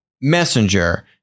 Messenger